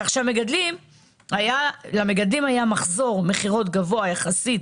כך שלמגדלים היה מחזור מכירות גבוה יחסית